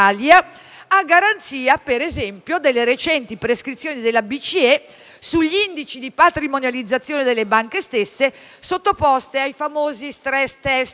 a garanzia, per esempio, delle recenti prescrizioni della BCE sugli indici di patrimonializzazione delle banche stesse, sottoposte ai famosi *stress test.*